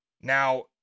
Now